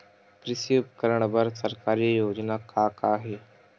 कृषि उपकरण बर सरकारी योजना का का हे?